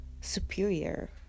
superior